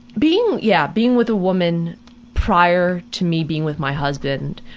being yeah being with a woman prior to me being with my husband,